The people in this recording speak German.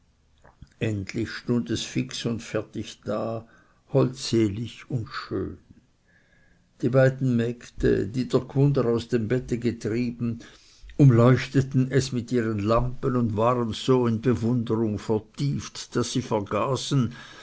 endlich stund es fix und fertig da holdselig und schön die beiden mägde die der gwunder aus dem bette getrieben umleuchteten es mit ihren lampen und waren so in bewunderung vertieft daß sie vergaßen